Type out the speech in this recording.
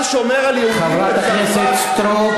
חברת הכנסת סטרוק.